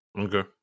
Okay